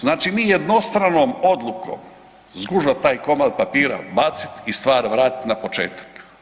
Znači mi jednostranom odlukom zgužvat taj komad papira, bacit i stvar vratiti na početak.